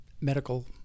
medical